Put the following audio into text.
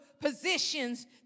positions